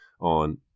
on